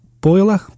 boiler